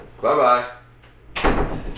Bye-bye